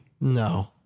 No